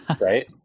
right